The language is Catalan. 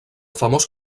famós